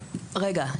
רגע,